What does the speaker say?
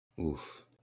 Oof